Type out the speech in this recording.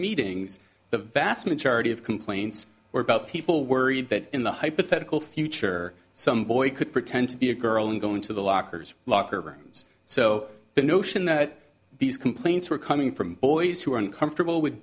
meetings the vast majority of complaints are about people worried that in the hypothetical future some boy could pretend to be a girl and go into the lockers locker rooms so the notion that these complaints were coming from boys who are uncomfortable with